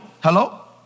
Hello